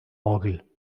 orgel